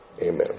Amen